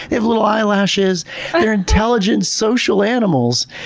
they have little eyelashes they're intelligent, social animals!